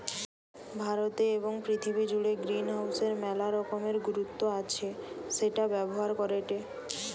ভারতে এবং পৃথিবী জুড়ে গ্রিনহাউসের মেলা রকমের গুরুত্ব আছে সেটা ব্যবহার করেটে